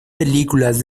películas